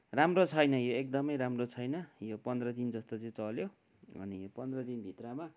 राम्रो छैन यो एकदमै राम्रो छैन यो पन्ध्र दिन जस्तो चाहिँ चल्यो अनि पन्ध्र दिनभित्रमा